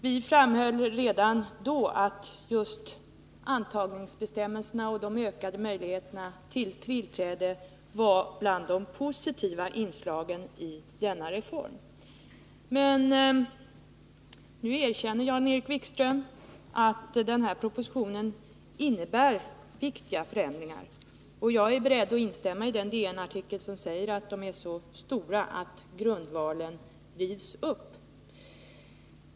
Vi framhöll redan då den genomfördes att just antagningsbestämmelserna och de ökade möjligheterna till tillträde var bland de positiva inslagen i denna reform. Men nu erkänner Jan-Erik Wikström att propositionen innebär viktiga förändringar. Jag är beredd att instämma i den DN-artikel som säger att förändringarna är så stora att grundvalen rycks bort.